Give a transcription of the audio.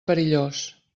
perillós